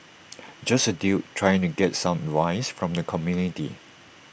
just A dude trying to get some advice from the community